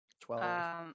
Twelve